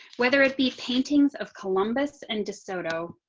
whether it be paintings of columbus and de soto